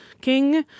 king